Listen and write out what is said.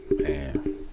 Man